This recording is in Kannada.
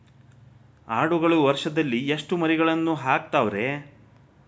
ಆಡುಗಳು ವರುಷದಲ್ಲಿ ಎಷ್ಟು ಮರಿಗಳನ್ನು ಹಾಕ್ತಾವ ರೇ?